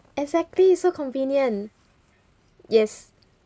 exactly so convenient yes